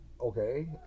Okay